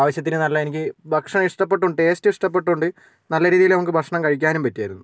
ആവശ്യത്തിന് നല്ല എനിക്ക് ഭക്ഷണം ഇഷ്ടപ്പെട്ടു ടേസ്റ്റ് ഇഷ്ടപ്പെട്ടത് കൊണ്ട് നല്ല രീതിയിൽ നമുക്ക് ഭക്ഷണം കഴിക്കാനും പറ്റിയായിരുന്നു